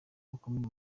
bakomeye